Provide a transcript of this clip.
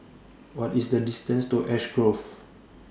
What IS The distance to Ash Grove